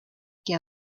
que